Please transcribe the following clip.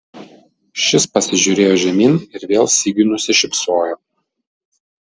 šis pasižiūrėjo žemyn ir vėl sigiui nusišypsojo